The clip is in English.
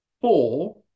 four